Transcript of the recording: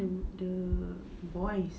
dia dia boys